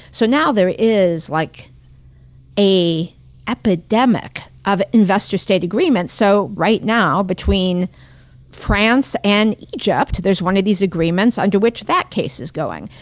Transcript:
so now there is like an epidemic of investor-state agreements. so right now, between france and egypt, there's one of these agreements under which that case is going.